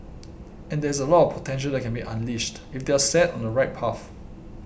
and there is a lot of potential that can be unleashed if they are set on the right path